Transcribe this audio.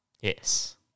yes